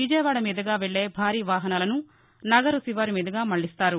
విజయవాడ మీదుగా వెళ్ళే భారీ వాహనాలను నగరుశివారుమీదుగా మళ్ళిస్తారు